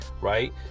right